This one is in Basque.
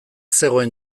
zegoen